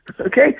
Okay